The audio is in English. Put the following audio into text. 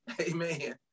Amen